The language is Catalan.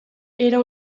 era